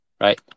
right